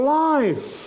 life